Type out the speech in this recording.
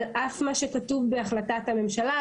על אף מה שכתוב בהחלטת הממשלה,